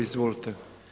Izvolite!